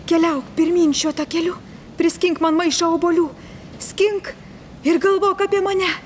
keliauk pirmyn šiuo takeliu priskink man maišą obuolių skink ir galvok apie mane